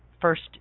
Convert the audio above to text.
first